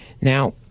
Now